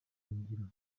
ngiro